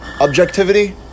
Objectivity